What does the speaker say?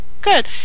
good